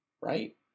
right